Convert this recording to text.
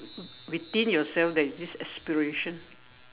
within yourself there is this aspiration